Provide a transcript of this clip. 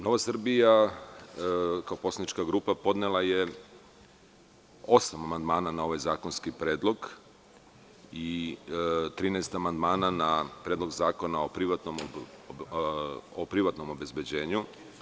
Nova Srbija kao poslanička grupa podnela je osam amandmana na ovaj zakonski predlog i 13 amandmana na Predlog zakona o privatnom obezbeđenju.